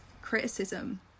criticism